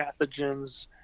pathogens